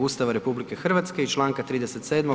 Ustava RH i čl. 37.